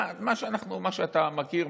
מה שאתה מכיר,